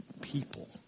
people